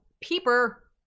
Peeper